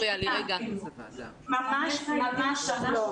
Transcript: ממש לא.